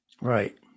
Right